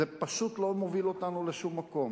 זה פשוט לא מוביל אותנו לשום מקום.